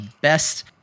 best